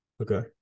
Okay